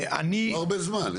יש לנו עוד הרבה זמן.